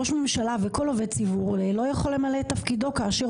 ראש ממשלה וכל עובד ציבור לא יכול למלא את תפקידו כאשר